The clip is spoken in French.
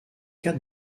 cas